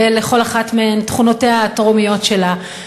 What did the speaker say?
ולכל אחת מהן תכונותיה התרומיות שלה,